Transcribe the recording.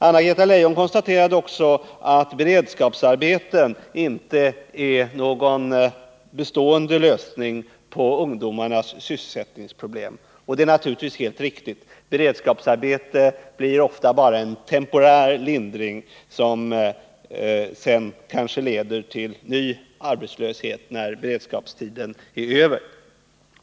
Anna-Greta Leijon konstaterade också att beredskapsarbeten inte är någon bestående lösning på ungdomarnas sysselsättningsproblem, och det är naturligtvis helt riktigt. Beredskapsarbete blir ofta bara en temporär lindring, som sedan kanske leder till ny arbetslöshet när beredskapstiden är över.